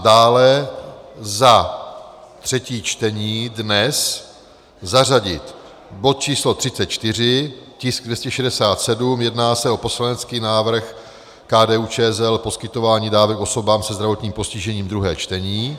Dále za třetí čtení dnes zařadit bod č. 34, tisk 267, jedná se o poslanecký návrh KDUČSL, poskytování dávek osobám se zdravotním postižením, druhé čtení.